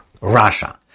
Russia